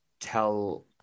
tell